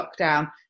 lockdown